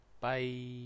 bye